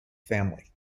family